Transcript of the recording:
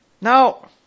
Now